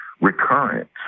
recurrent